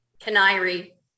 Canary